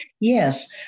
Yes